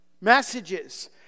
Messages